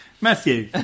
Matthew